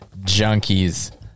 Junkies